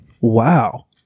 Wow